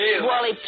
Wally